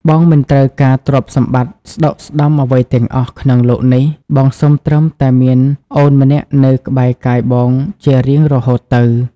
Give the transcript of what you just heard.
បងមិនត្រូវការទ្រព្យសម្បត្តិស្តុកស្តម្ភអ្វីទាំងអស់ក្នុងលោកនេះ បងសុំត្រឹមតែមានអូនម្នាក់នៅក្បែរកាយបងជារៀងរហូតទៅ។